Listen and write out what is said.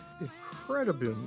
incredible